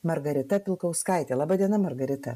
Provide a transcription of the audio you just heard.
margarita pilkauskaitė laba diena margarita